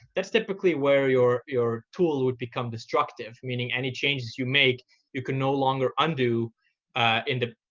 that's typically where your your tool would become destructive, meaning any changes you make you can no longer undo in the